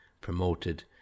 promoted